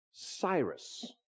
Cyrus